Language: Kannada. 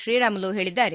ಶ್ರೀರಾಮುಲು ಹೇಳಿದ್ದಾರೆ